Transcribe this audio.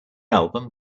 album